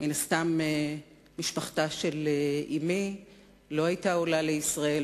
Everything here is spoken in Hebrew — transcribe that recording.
מן הסתם משפחתה של אמי לא היתה עולה לישראל,